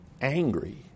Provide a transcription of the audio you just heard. angry